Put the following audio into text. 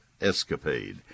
escapade